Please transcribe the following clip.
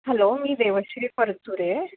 hello मी देवश्री परतुरे